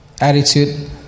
attitude